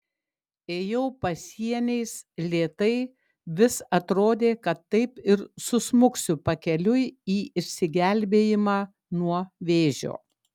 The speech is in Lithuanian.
ėjau pasieniais lėtai vis atrodė kad taip ir susmuksiu pakeliui į išsigelbėjimą nuo vėžio